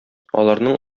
аларның